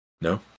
No